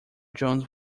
jones